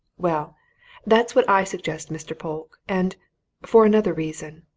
well that's what i suggest, mr. polke. and for another reason.